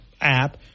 app